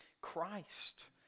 Christ